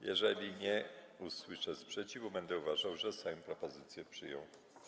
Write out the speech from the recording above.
Jeżeli nie usłyszę sprzeciwu, będę uważał, że Sejm propozycję przyjął.